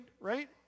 right